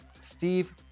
Steve